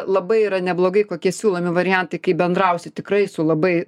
labai yra neblogai kokie siūlomi variantai kaip bendrausi tikrai su labai